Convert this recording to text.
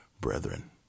brethren